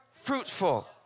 fruitful